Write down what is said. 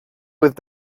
with